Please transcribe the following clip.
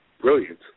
brilliant